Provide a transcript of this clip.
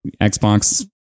Xbox